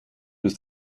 was